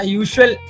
usual